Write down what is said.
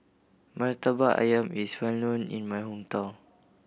Murtabak Ayam is well known in my hometown